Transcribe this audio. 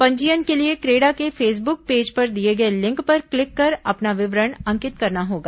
पंजीयन के लिए क्रेडा के फेसबुक पेज पर दिए गए लिंक पर क्लिक कर अपना विवरण अंकित करना होगा